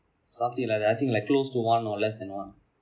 something like that I think like close to one or less than one